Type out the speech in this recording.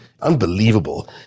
unbelievable